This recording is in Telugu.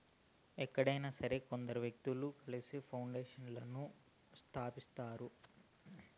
ఎక్కడైనా సరే కొందరు వ్యక్తులు కలిసి పౌండేషన్లను స్థాపిస్తారు